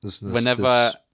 whenever